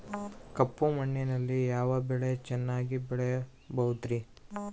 ಕಪ್ಪು ಮಣ್ಣಿನಲ್ಲಿ ಯಾವ ಬೆಳೆ ಚೆನ್ನಾಗಿ ಬೆಳೆಯಬಹುದ್ರಿ?